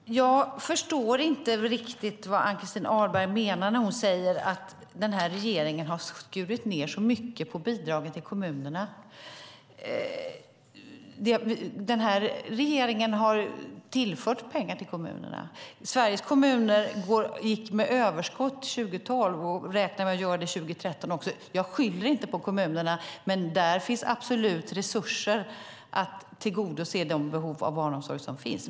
Fru talman! Jag förstår inte riktigt vad Ann-Christin Ahlberg menar med att regeringen har skurit ned så mycket på bidragen till kommunerna. Denna regering har tillfört pengar till kommunerna. Sveriges kommuner gick med överskott 2012 och räknar med att göra det också 2013. Jag skyller inte på kommunerna, men där finns absolut resurser att tillgodose de behov av barnomsorg som finns.